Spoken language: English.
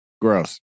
Gross